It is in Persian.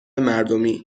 مردمی